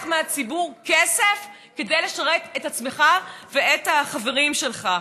מהציבור כסף כדי לשרת את עצמך ואת החברים שלך.